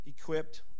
equipped